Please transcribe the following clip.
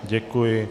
Děkuji.